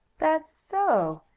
that's so,